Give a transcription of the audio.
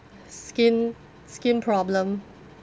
skin skin problem